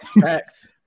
Facts